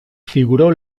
figuró